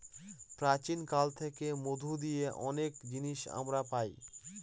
প্রাচীন কাল থেকে মধু দিয়ে অনেক জিনিস আমরা পায়